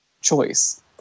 choice